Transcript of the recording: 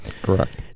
correct